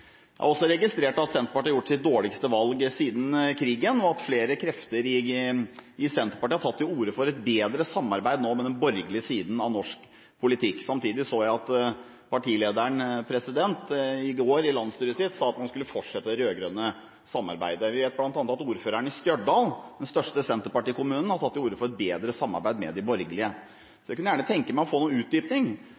Jeg har også registrert at Senterpartiet har gjort sitt dårligste valg siden krigen, og at flere krefter i Senterpartiet nå har tatt til orde for et bedre samarbeid med den borgerlige siden i norsk politikk. Samtidig så jeg at partilederen i går sa til landsstyret sitt at man skulle fortsette det rød-grønne samarbeidet. Vi vet at bl.a. ordføreren i Stjørdal – den største senterpartikommunen – har tatt til orde for et bedre samarbeid med de borgerlige. Så